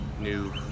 new